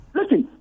listen